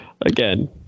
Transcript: again